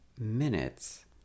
minutes